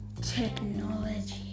technology